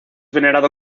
venerado